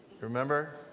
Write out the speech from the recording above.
Remember